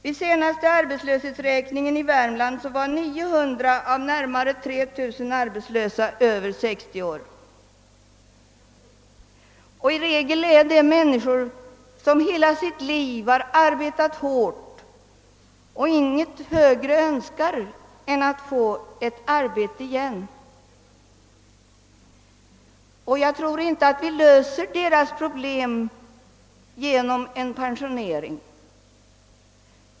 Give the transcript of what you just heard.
Vid den senaste arbetslöshetsräkningen i Värmland var 900 av närmare 3 000 arbetslösa över 60 år. I regel gäller det människor som i hela sitt liv arbetat hårt och inget högre önskar än att få ett arbete på nytt, och jag tror inte att vi löser deras problem genom en pen sionering.